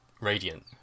Radiant